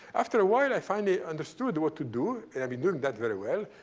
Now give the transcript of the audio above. after a while, i finally understood what to do. and i've been doing that very well.